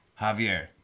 javier